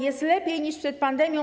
Jest lepiej niż przed pandemią.